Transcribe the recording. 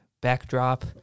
backdrop